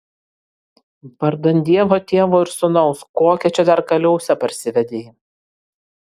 vardan dievo tėvo ir sūnaus kokią čia dar kaliausę parsivedei